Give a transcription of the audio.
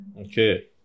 Okay